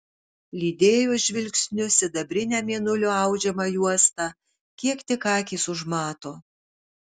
lydėjo žvilgsniu sidabrinę mėnulio audžiamą juostą kiek tik akys užmato